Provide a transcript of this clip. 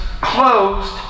closed